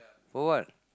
for what